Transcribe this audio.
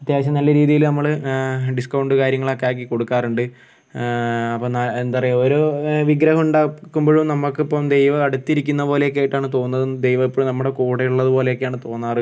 അത്യാവശ്യം നല്ല രീതിയിൽ നമ്മൾ ഡിസ്കൗണ്ട് കാര്യങ്ങളൊക്കെ ആക്കി കൊടുക്കാറുണ്ട് ആ അപ്പൊന്നാൽ എന്താ പറയാ ഓരോ വിഗ്രഹം ഉണ്ടാക്കുമ്പോഴും നമുക്കിപ്പോൾ ദൈവം അടുത്തിരിക്കുന്ന പോലെയൊക്കേയായിട്ടാണ് തോന്നുന്നത് ദൈവം എപ്പോഴും നമ്മുടെ കൂടെ ഉള്ളതു പോലെയൊക്കെയാണ് തോന്നാറ്